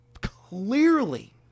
clearly